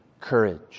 courage